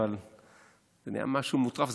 אבל זה נהיה משהו מוטרף.